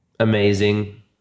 amazing